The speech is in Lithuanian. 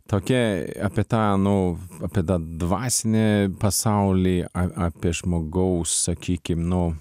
tokia apie tą nu apie tą dvasinį pasaulį a apie žmogaus sakykim nu